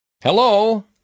Hello